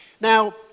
Now